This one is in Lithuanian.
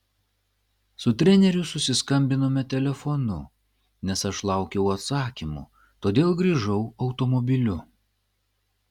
su treneriu susiskambinome telefonu nes aš laukiau atsakymų todėl grįžau automobiliu